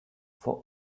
for